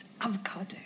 avocado